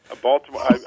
Baltimore